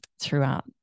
throughout